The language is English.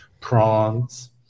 prawns